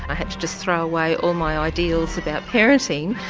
i had to just throw away all my ideals about parenting,